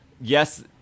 yes